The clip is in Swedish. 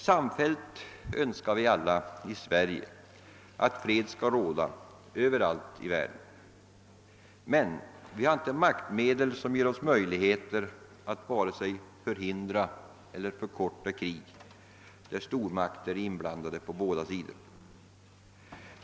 Samfällt önskar vi i Sverige att fred skall råda överallt i världen, men vi har inte maktmedel som ger oss möjligheter att vare sig förhindra eller förkorta krig där stormakter är inblandade på båda sidor.